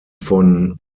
von